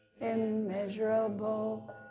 immeasurable